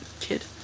kid